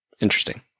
Interesting